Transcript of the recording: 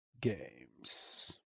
games